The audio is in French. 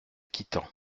quittant